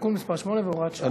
תיקון מס' 8 והוראת שעה.